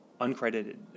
Uncredited